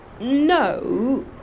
No